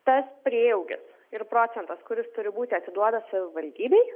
tas prieaugis ir procentas kuris turi būti atiduotas savivaldybei